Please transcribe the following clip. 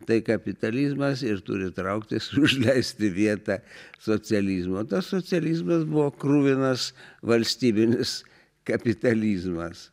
tai kapitalizmas ir turi trauktis užleisti vietą socializmo o tas socializmas buvo kruvinas valstybinis kapitalizmas